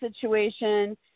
situation